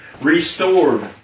restored